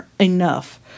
enough